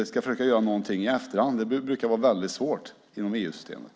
Att försöka göra någonting i efterhand brukar vara väldigt svårt inom EU-systemet.